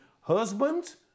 husbands